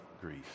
grief